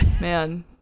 Man